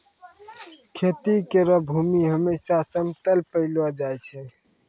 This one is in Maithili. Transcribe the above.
खेती करै केरो भूमि हमेसा समतल पैलो जाय छै